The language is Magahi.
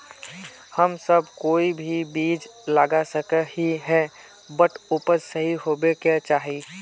हम सब कोई भी बीज लगा सके ही है बट उपज सही होबे क्याँ चाहिए?